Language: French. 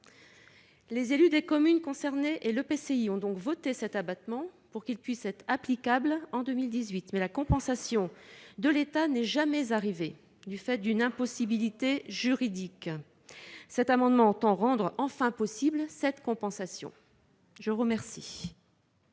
Les élus des communes concernées et l'EPCI ont voté cet abattement pour qu'il puisse être applicable en 2018, mais la compensation de l'État n'est jamais arrivée du fait d'une impossibilité juridique. Cet amendement vise à rendre enfin possible cette compensation. Quel